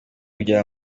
kugira